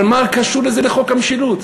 אבל מה זה קשור לחוק המשילות?